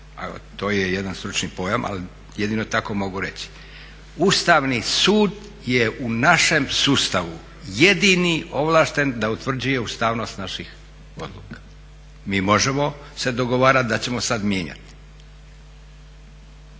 to je jedan stručni pojam ali jedino tako mogu reći. Ustavni sud je u našem sustavu jedini ovlašten da utvrđuje ustavnost naših odluka. Mi možemo se dogovarati da ćemo sada mijenjati